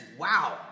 Wow